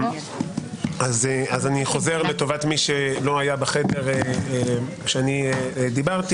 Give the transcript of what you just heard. אני חוזר לטובת מי שלא היה בחדר עת דיברתי.